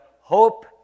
hope